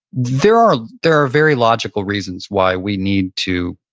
there are there are very logical reasons why we need to,